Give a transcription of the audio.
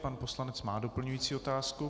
Pan poslanec má doplňující otázku.